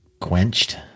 quenched